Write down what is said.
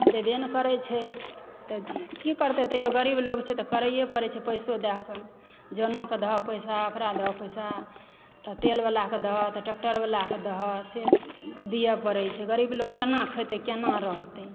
देबे नहि करै छै तऽ की करतै तैओ गरीब लोक छै तऽ करैए पड़ै छै पैसो दऽ कऽ जेना कऽ धऽ पैसा ओकरा दऽ पैसा तऽ तेल वलाकेँ दहऽ ट्रैक्टर वलाकेँ दहऽ से दिए पड़ै छै गरीब लोक केना खेतै केना रहतै